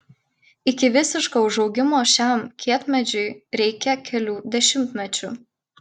iki visiško užaugimo šiam kietmedžiui reikia kelių dešimtmečių